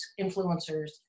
influencers